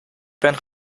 ben